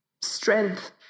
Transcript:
strength